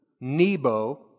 Nebo